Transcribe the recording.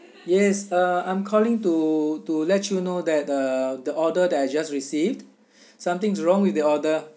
yes uh I'm calling to to let you know that the the order that I just received something's wrong with the order